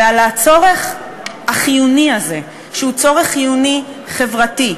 ועל הצורך החיוני הזה, שהוא צורך חיוני חברתי,